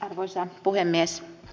arvoisa puhemies